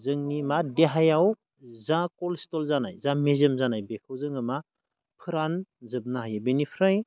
जोंनि मा देहायाव जा कलेस्ट्रल जानाय जा मेजेम जानाय बेखौ जोङो मा फोरानजोबनो हायो बेनिफ्राय